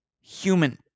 human